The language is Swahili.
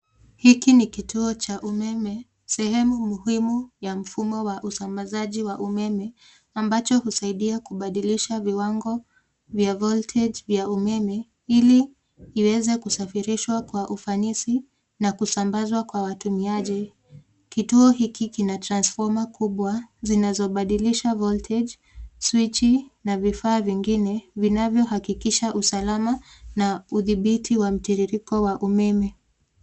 Hiki ni kituo cha umeme sehemu muhimu ya mfumo wa usambazaji wa umeme ambacho husaidia kubadilisha viwango vya voltage vya umeme ili iweze kusafirishwa kwa ufanisi na kusambazwa kwa watumiaji. Kituo hiki kina transfoma kubwa zinazobadilisha voltage , swichi na vifaa vingine vinavyohakikisha usalama na udhibiti wa mtiririko wa umeme.